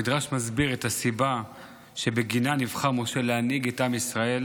המדרש מסביר את הסיבה שבגינה נבחר משה להנהיג את עם ישראל